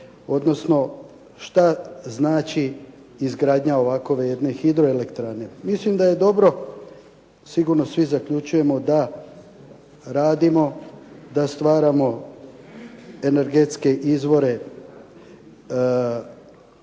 odnosno što znači izgradnja ovakove jedne hidroelektrane? Mislim da je dobro, sigurno svi zaključujemo da radimo, da stvaramo energetske izvore